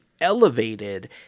elevated